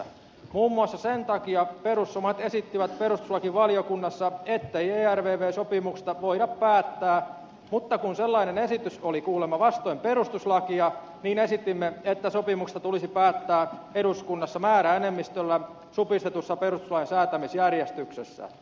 muun muassa sen takia perussuomalaiset esittivät perustuslakivaliokunnassa ettei ervv sopimuksesta voida päättää mutta kun sellainen esitys oli kuulemma vastoin perustuslakia niin esitimme että sopimuksesta tulisi päättää eduskunnassa määräenemmistöllä supistetussa perustuslain säätämisjärjestyksessä